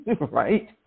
right